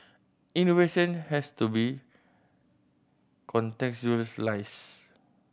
innovation has to be contextualised